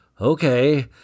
Okay